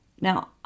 Now